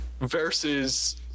Versus